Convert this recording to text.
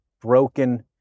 broken